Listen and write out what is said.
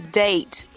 date